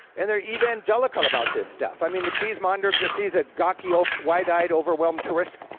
and they're evangelical about this stuff, i mean, the cheesemonger sees a gawky, ah wide-eyed, overwhelmed tourist,